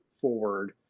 forward